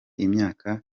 imyaka